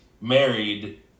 married